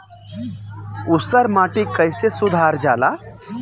ऊसर माटी कईसे सुधार जाला?